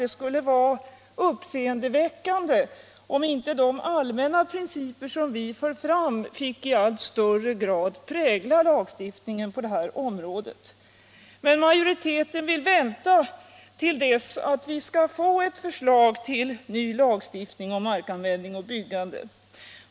Det skulle vara uppseendeväckande om inte de allmänna principer som vi för fram fick i allt högre grad prägla lagstiftningen på det här området. Men majoriteten vill vänta till dess att det läggs fram ett förslag till ny lagstiftning om markanvändning och byggande.